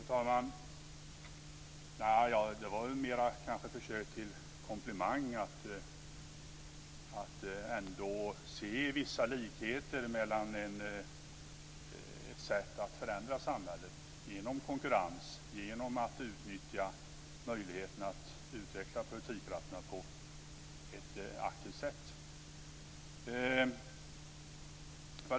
Fru talman! Det var mer ett försök till komplimang att ändå se vissa likheter mellan ett sätt att förändra samhället med hjälp av konkurrens, dvs. genom att utnyttja möjligheterna att utveckla produktivkrafterna på ett aktivt sätt.